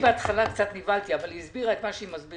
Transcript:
בהתחלה קצת נבהלתי, אבל היא הסבירה שכדי